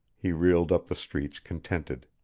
he reeled up the streets contented.